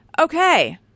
Okay